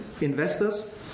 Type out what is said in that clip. investors